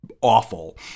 awful